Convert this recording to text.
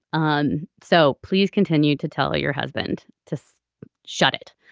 um so please continue to tell your husband to so shut it.